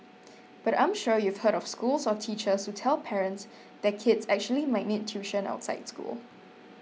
but I'm sure you've heard of schools or teachers who tell parents their kids actually might need tuition outside school